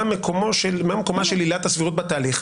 מה מקומה של עילת הסבירות בתהליך.